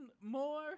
more